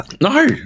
No